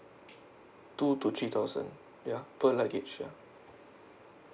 two to three thousand ya per luggage ya